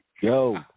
Yo